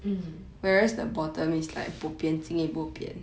mm